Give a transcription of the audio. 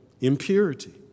impurity